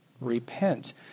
Repent